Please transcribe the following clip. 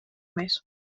més